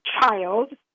child